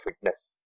fitness